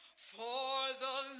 for the